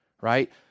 right